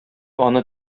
аны